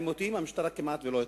בעימותים, המשטרה כמעט לא התערבה,